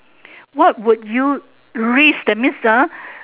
what would you risk that means